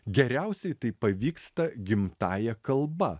geriausiai tai pavyksta gimtąja kalba